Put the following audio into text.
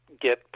get